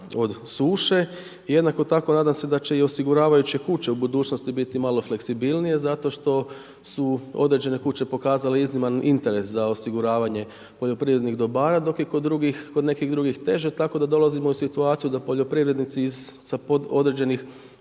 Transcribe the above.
od suše. I jednako tako nadam se da će i osiguravajuće kuće u budućnosti biti malo fleksibilnije zato što su određene kuće pokazale izniman interes za osiguravanje poljoprivrednih dobara dok je kod nekih drugih teže, tako da dolazimo u situaciju da poljoprivrednici sa određenih